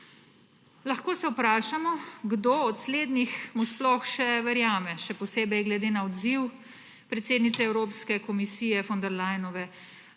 Lahko se vprašamo, kdo od slednjih mu sploh še verjame, še posebej glede na odziv predsednice Evropske komisije von der Leynove.